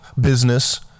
business